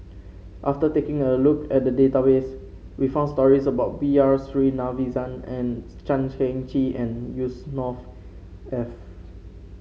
after taking a look at the database we found stories about B R Sreenivasan and Chan Heng Chee and Yusnor Ef